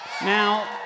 Now